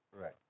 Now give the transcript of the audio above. Right